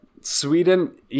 Sweden